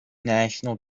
national